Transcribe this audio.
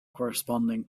corresponding